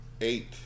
eight